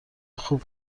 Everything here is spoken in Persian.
خوب